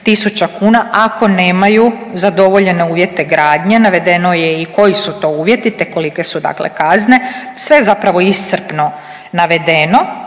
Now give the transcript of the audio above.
150000 kuna ako nemaju zadovoljene uvjete gradnje. Navedeno je i koji su to uvjeti, te kolike su, dakle kazne. Sve je zapravo iscrpno navedeno.